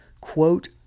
quote